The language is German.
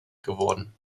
geworden